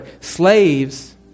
Slaves